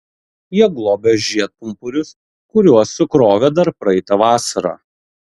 jie globia žiedpumpurius kuriuos sukrovė dar praeitą vasarą